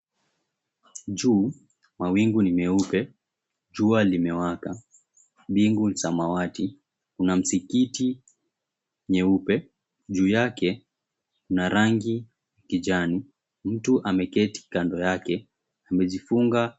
Juu, mawingu ni meupe, jua limewaka, mbingu ni samawati. Kuna msikiti mweupe, juu yake kuna rangi ya kijani. Mtu ameketi kando yake, amejifunga.